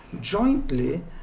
jointly